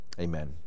Amen